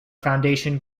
foundation